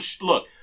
look